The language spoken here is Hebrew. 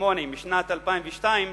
משנת 2002,